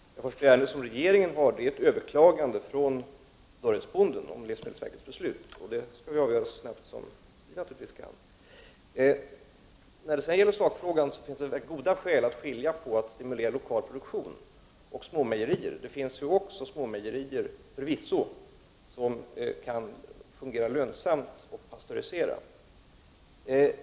Herr talman! Det ärende som regeringen har är ett överklagande från Dörrödsbonden av livsmedelsverkets beslut, och det ärendet skall naturligtvis avgöras så snart som möjligt. När det gäller sakfrågan finns det goda skäl att skilja mellan att stimulera lokal produktion och att stimulera småmejerier. Det finns ju förvisso även småmejerier som kan fungera lönsamt även om de pastöriserar mjölken.